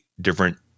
different